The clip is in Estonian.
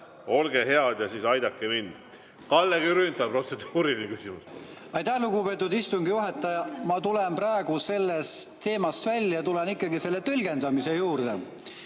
olge head ja aidake mind! Kalle Grünthalil on protseduuriline küsimus. Aitäh, lugupeetud istungi juhataja! Ma lähen praegu sellest teemast välja ja tulen ikkagi tõlgendamise juurde.